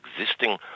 existing